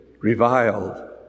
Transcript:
reviled